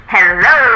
Hello